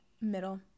Middle